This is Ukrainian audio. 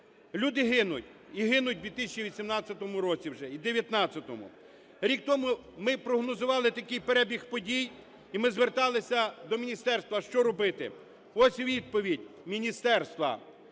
Люди гинуть, і гинуть в 2018 році вже, і в 2019-му. Рік тому ми прогнозували такий перебіг подій і ми зверталися до міністерства, що робити. Ось відповідь міністерства: